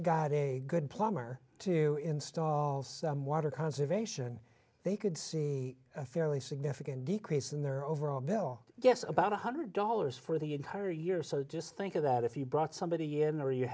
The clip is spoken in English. guide a good plumber to install water conservation they could see a fairly significant decrease in their overall bill gets about one hundred dollars for the entire year so just think of that if you brought somebody in or you